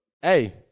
Hey